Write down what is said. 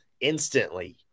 instantly